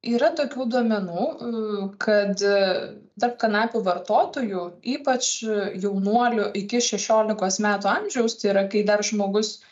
yra tokių duomenų kad tarp kanapių vartotojų ypač jaunuolių iki šešiolikos metų amžiaus tai yra kai dar žmogus